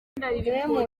ubwo